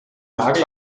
nagel